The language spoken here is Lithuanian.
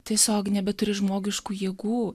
tiesiog nebeturi žmogiškų jėgų